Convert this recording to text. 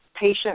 patient